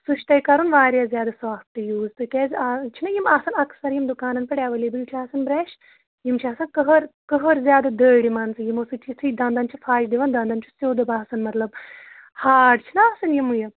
سُہ چھُ تۄہہِ کَرُن واریاہ زیادٕ سافٹہٕ یوٗز تِکیٛاز اَز چھِنا یِم آسان اَکثر یِم دُکانَن پٮ۪ٹھ ایٚویلیبُل چھِ آسان برٛیش یِم چھِ آسان قٔہر قٔہر زیادٕ دٔرۍ مان ژٕ یِمو سۭتۍ یِتھُے دَنٛدَن چھِ پھَش دِوان دَنٛدَن چھُ سیوٚد باسان مطلب ہارڑ چھُنا آسان یِم یہِ